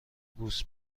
بوس